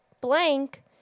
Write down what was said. blank